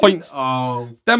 points